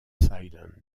island